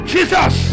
Jesus